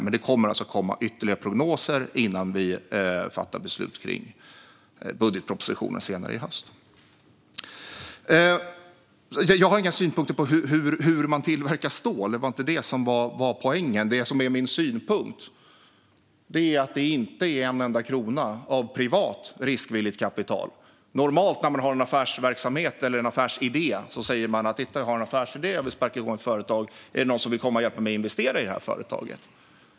Det kommer som sagt att komma ytterligare prognoser innan vi fattar beslut om budgetpropositionen senare i höst. Jag har inga synpunkter på hur man tillverkar stål. Det var inte poängen. Min synpunkt är att det inte är en enda krona av privat riskvilligt kapital. När man har en affärsverksamhet eller en affärsidé säger man normalt sett: "Titta! Jag har en affärsidé och vill sparka igång ett företag. Är det någon som vill komma och hjälpa mig att investera i företaget?"